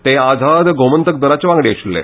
ते आझाद गोमंतक दलाचे वांगडी आशिल्ले